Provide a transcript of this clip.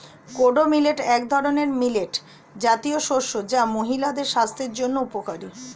kodo millet এক ধরনের millet জাতীয় শস্য যা মহিলাদের স্বাস্থ্যের জন্য উপকারী